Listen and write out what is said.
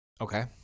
Okay